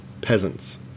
peasants